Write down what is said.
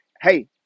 Hey